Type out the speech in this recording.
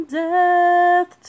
death